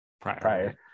prior